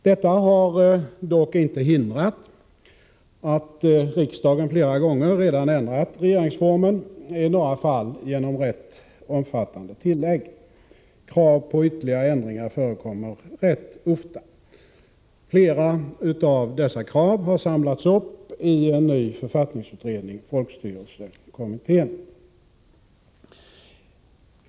Detta har dock inte hindrat att riksdagen flera gånger redan ändrat regeringsformen, i några fall genom rätt omfattande tillägg. Krav på ytterligare ändringar förekommer rätt ofta. Flera av dessa krav har samlats upp i en ny författningsutredning, folkstyrelsekommittén.